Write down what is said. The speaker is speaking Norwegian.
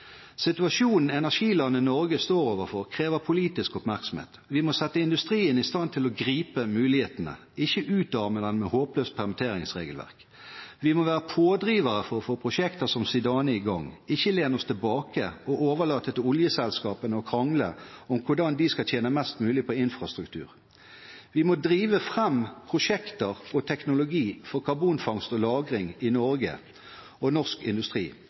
Situasjonen energilandet Norge står overfor, krever politisk oppmerksomhet. Vi må sette industrien i stand til å gripe mulighetene, ikke utarme den med et håpløst permitteringsregelverk. Vi må være pådrivere for å få prosjekter som Zidane i gang, ikke lene oss tilbake og overlate til oljeselskapene å krangle om hvordan de skal tjene mest mulig på infrastruktur. Vi må drive fram prosjekter og teknologi for karbonfangst og -lagring i Norge og norsk industri,